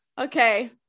okay